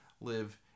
live